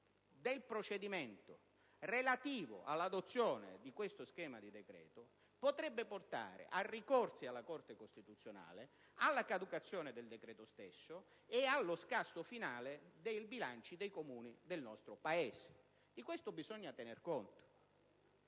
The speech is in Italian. del procedimento relativo all'adozione di questo schema di decreto potrebbe portare a ricorsi alla Corte costituzionale, alla caducazione del decreto stesso e allo scasso finale dei bilanci dei Comuni del nostro Paese. Di questo bisogna tener conto.